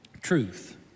truth